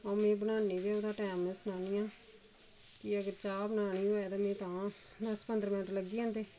हां में बनानी बी ओह्दा टैम में सनानी आं कि अगर चाह् बनानी होऐ ते मि तां दस पंदरां मैंट्ट लग्गी जंदे